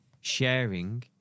sharing